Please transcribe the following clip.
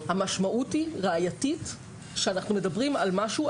המשמעות היא ראייתית שאנחנו מדברים על משהו,